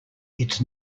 its